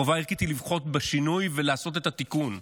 החובה הערכית היא לבחור בשינוי ולעשות את התיקון.